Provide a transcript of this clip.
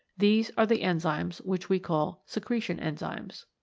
these are the enzymes which we call secretion enzymes.